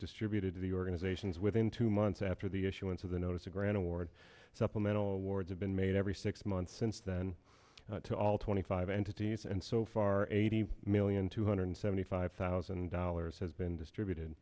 distributed to the organizations within two months after the issuance of the notice a grant award supplemental awards have been made every six months since then to all twenty five entities and so far eighty million two hundred seventy five thousand dollars has been distributed